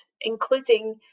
including